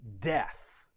death